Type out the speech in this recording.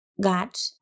Got